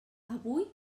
avui